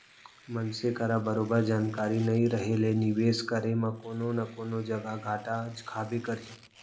मनसे करा बरोबर जानकारी नइ रहें ले निवेस करे म कोनो न कोनो जघा घाटा खाबे करही